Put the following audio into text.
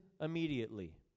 immediately